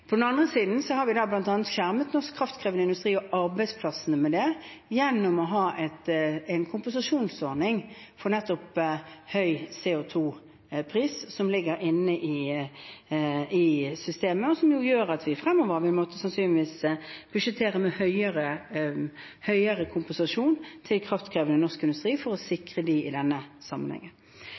på det. På den andre siden har vi bl.a. skjermet norsk kraftkrevende industri og arbeidsplassene der gjennom å ha en kompensasjonsordning for høy CO 2 -pris, som ligger inne i systemet, og som gjør at vi fremover sannsynligvis vil måtte budsjettere med høyere kompensasjon til norsk kraftkrevende industri for å sikre dem i denne sammenhengen.